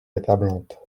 accablante